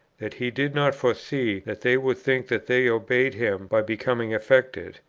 that he did not foresee that they would think that they obeyed him by becoming affected,